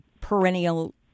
perennial